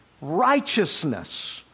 righteousness